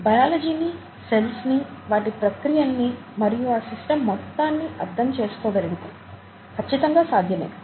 బయాలజీని cells ని వాటి ప్రక్రియలని మరియు ఆ సిస్టం మొత్తాన్ని అర్థంచేసుకోగలిగితే ఖచ్చితంగా సాధ్యమే